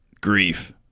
grief